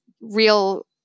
real